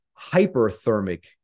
hyperthermic